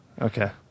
Okay